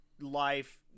life